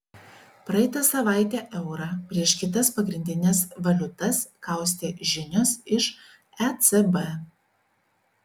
praeitą savaitę eurą prieš kitas pagrindines valiutas kaustė žinios iš ecb